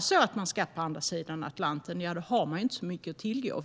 Ska man till andra sidan Atlanten har man inte så annat mycket att tillgå.